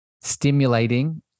stimulating